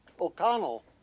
O'Connell